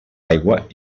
aigua